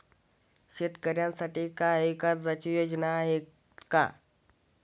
शेतकऱ्यांसाठी काही कर्जाच्या योजना आहेत का?